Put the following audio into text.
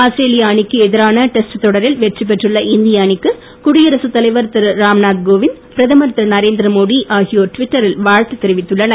ஆஸ்திரேலிய அணிக்கு எதிரான டெஸ்ட் தொடரில் வெற்றி பெற்றுள்ள இந்திய அணிக்கு குடியரசு தலைவர் திரு ராம் நாத் கோவிந்த் பிரதமர் திரு நரேந்திர மோடி ஆகியோர் டுவிட்டரில் வாழ்த்து தெரிவித்துள்ளனர்